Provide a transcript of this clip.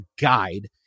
guide